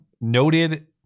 Noted